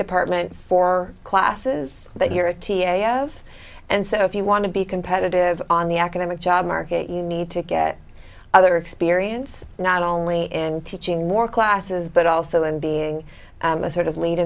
department for classes that you're a ts and so if you want to be competitive on the academic job market you need to get other experience not only in teaching more classes but also in being a sort of lead